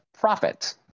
profit